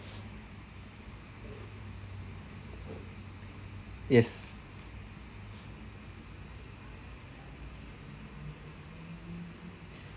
yes